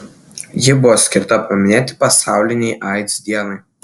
ji buvo skirta paminėti pasaulinei aids dienai